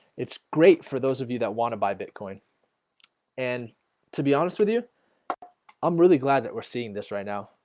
it's great for those of you that want to buy bitcoin and to be honest with you i'm really glad that we're seeing this right now,